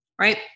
right